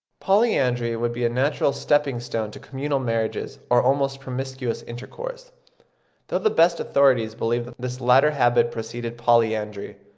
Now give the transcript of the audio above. polyandry would be a natural stepping-stone to communal marriages or almost promiscuous intercourse though the best authorities believe that this latter habit preceded polyandry.